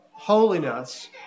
Holiness